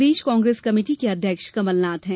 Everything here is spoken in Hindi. प्रदेश कांग्रेस कमेटी के अध्यक्ष कमलनाथ हैं